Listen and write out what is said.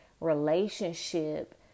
relationship